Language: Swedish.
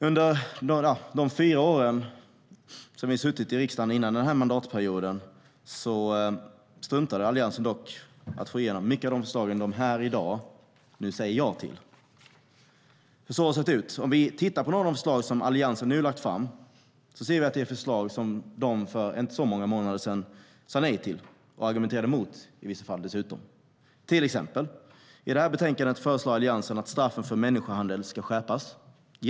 Under de fyra år som vi satt i riksdagen före denna mandatperiod struntade Alliansen i att få igenom många av de förslag som de här i dag säger ja till. Så har det sett ut. Tittar vi på några av de förslag Alliansen har lagt fram ser vi att det är förslag som de för inte så många månader sa nej till och dessutom i vissa fall argumenterade emot. Till exempel föreslår Alliansen i dagens betänkande att straffet för människohandel ska skärpas.